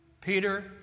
Peter